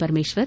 Parameshwar